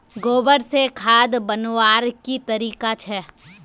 गोबर से खाद बनवार की तरीका छे?